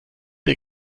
der